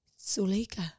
Suleika